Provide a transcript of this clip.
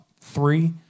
Three